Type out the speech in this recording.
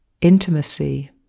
intimacy